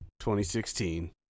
2016